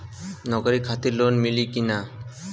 नौकरी खातिर लोन मिली की ना?